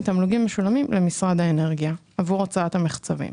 אלא למשרד האנרגיה עבור הוצאת המחצבים.